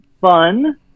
fun